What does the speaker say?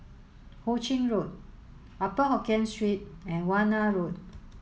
Ho Ching Road Upper Hokkien Street and Warna Road